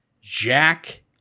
Jack